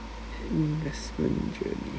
investment journey